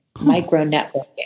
micro-networking